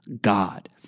God